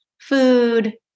food